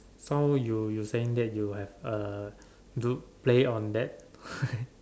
so you you saying that you have uh do play on that